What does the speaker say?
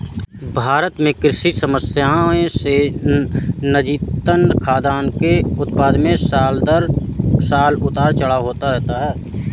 भारत में कृषि समस्याएं से नतीजतन, खाद्यान्न के उत्पादन में साल दर साल उतार चढ़ाव होता रहता है